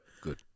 Good